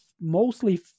mostly